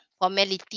formality